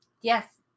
Yes